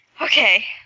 Okay